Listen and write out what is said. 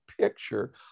picture